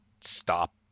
stop